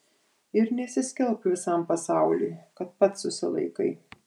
ir nesiskelbk visam pasauliui kad pats susilaikai